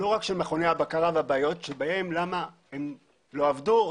לא רק של מכוני הבקרה והבעיות למה הם לא עבדו או